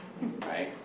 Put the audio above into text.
Right